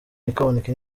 ntikaboneke